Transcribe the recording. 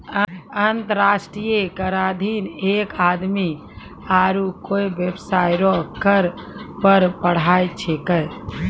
अंतर्राष्ट्रीय कराधीन एक आदमी आरू कोय बेबसाय रो कर पर पढ़ाय छैकै